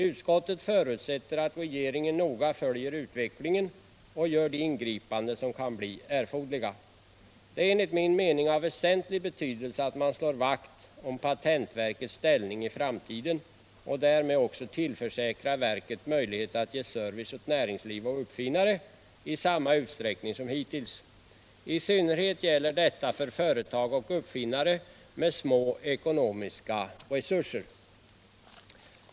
Utskottet förutsätter att regeringen noga följer utvecklingen och gör de ingripanden som kan bli erforderliga. Det är enligt min uppfattning av väsentlig betydelse att man slår vakt om patentverkets ställning i framtiden och därmed också tillförsäkrar verket möjlighet att ge service åt näringsliv och uppfinnare i samma utsträckning som hittills. I synnerhet gäller detta för företag och uppfinnare med små ekonomiska resurser.